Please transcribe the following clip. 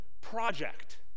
project